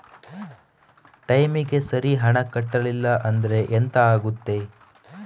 ಟೈಮಿಗೆ ಸರಿ ಹಣ ಕಟ್ಟಲಿಲ್ಲ ಅಂದ್ರೆ ಎಂಥ ಆಗುತ್ತೆ?